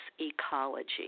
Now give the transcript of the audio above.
ecology